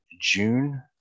June